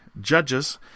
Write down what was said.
judges